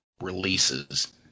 releases